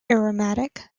aromatic